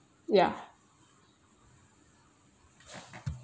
ya